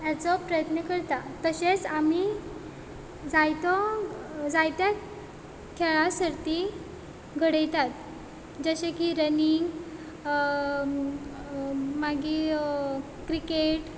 हाचो प्रयत्न करता तशेंच आमी जायतो जायते खेळां सर्ती घडयतात जशे की रनिंग मागीर क्रिकेट